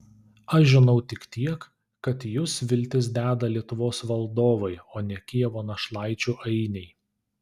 aš žinau tik tiek kad į jus viltis deda lietuvos valdovai o ne kijevo našlaičių ainiai